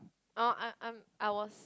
uh I I'm I was